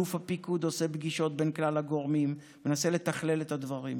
אלוף הפיקוד עושה פגישות בין כלל הגורמים ומנסה לתכלל את הדברים.